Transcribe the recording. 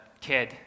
kid